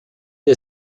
der